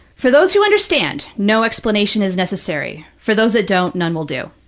for those who understand no explanation is necessary. for those that don't, none will do.